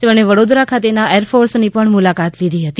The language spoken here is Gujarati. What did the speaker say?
તેમણે વડોદરા ખાતેના એરફોર્સની પણ મુલાકાત લીધી હતી